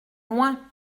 loin